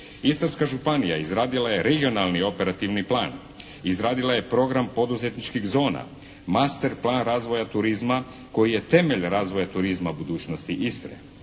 Istarska županija izradila je regionalni operativni plan, izradila je program poduzetničkih zona, master plan razvoja turizma koji je temelj razvoja turizma budućnosti Istre.